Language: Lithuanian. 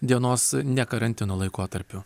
dienos ne karantino laikotarpiu